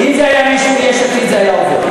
אם זה היה מישהו מיש עתיד זה היה עובר.